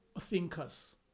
thinkers